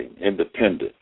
independent